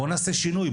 בואו נעשה שינוי.